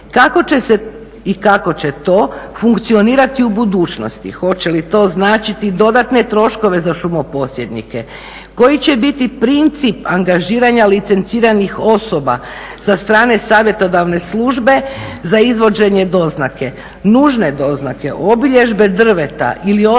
Kako će se i kako će to funkcionirati u budućnosti? Hoće li to značiti dodatne troškove za šumoposjednike? Koji će biti princip angažiranja licenciranih osoba sa strane savjetodavne službe za izvođenje doznake, nužne doznake, obilježbe drveta ili ostalih